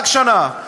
רק שנה.